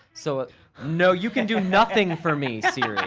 so no, you can do nothing for me, siri.